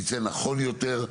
יצא נכון יותר,